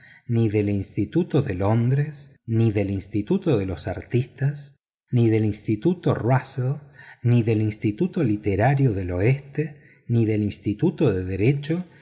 ni del instituto de londres ni del instituto de los artistas ni del instituto russel ni del instituto literario del oeste ni del instituto de derecho